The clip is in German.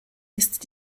ist